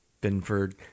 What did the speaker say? Binford